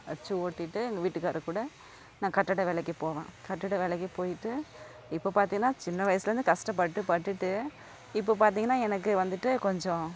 வச்சு ஓட்டிட்டு எங்க வீட்டுக்காரருக்கூட நான் கட்டிட வேலைக்கு போவேன் கட்டிட வேலைக்கு போயிட்டு இப்போ பார்த்திங்கனா சின்ன வயசுலேருந்து கஷ்டப்பட்டு பட்டுட்டு இப்போது பார்த்திங்கனா எனக்கு வந்துட்டு கொஞ்சம்